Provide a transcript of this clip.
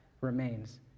remains